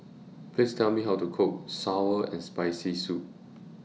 Please Tell Me How to Cook Sour and Spicy Soup